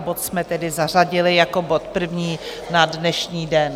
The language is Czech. Bod jsme tedy zařadili jako bod první na dnešní den.